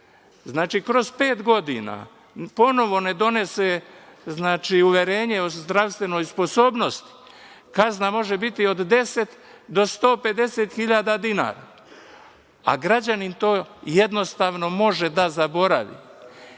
građanin kroz pet godina ponovo ne donese Uverenje o zdravstvenoj sposobnosti, kazna može biti od 10.000 do 150.000 dinara, a građanin to jednostavno može da zaboravi. Eto,